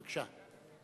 בבקשה.